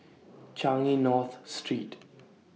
Changi North Street